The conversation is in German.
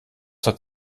hat